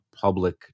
public